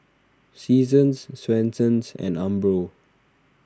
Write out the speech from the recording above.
Seasons Swensens and Umbro